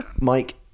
Mike